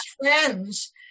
friends